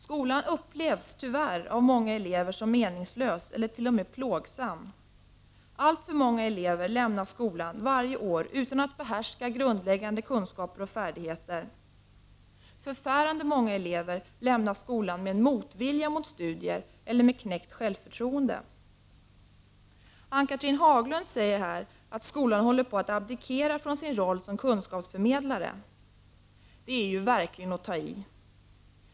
Skolan upplevs, tyvärr, av många elever som meningslös eller t.o.m. plågsam. Alltför många elever lämnar skolan varje år utan att ha grundläggande kunskaper och färdigheter. Förfärande många elever lämnar skolan med en motvilja till studier och med knäckt självförtroende. Ann-Cathrine Haglund sade att skolan håller på att abdikera från sin roll som kunskapsförmedlare. Det är verkligen att ta i!